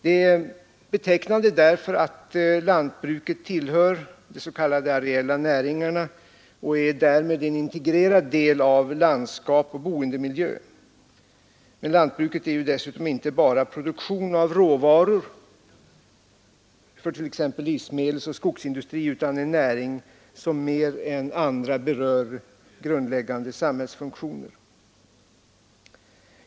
Det är betecknande därför att lantbruket tillhör de s.k. areella näringarna och därmed är en integrerad del av landskap och boendemiljö. Lantbruket är alltså inte bara produktion av råvaror för t.ex. livsmedelsoch skogsindustri utan en näring, som mer än andra berör grundläggande samhällsfunktioner.